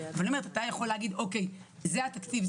אבל אתה יכול להגיד שזה התקציב,